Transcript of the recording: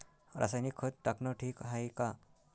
रासायनिक खत टाकनं ठीक हाये का?